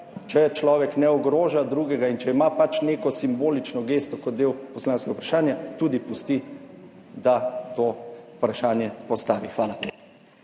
če človek ne ogroža drugega in če ima pač neko simbolično gesto kot del poslanskega vprašanja, tudi pusti, da to vprašanje postavi. Hvala.